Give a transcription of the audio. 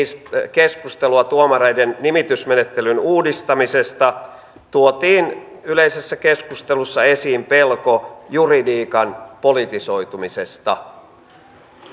keskustelua tuomareiden nimitysmenettelyn uudistamisesta tuotiin yleisessä keskustelussa esiin pelko juridiikan politisoitumisesta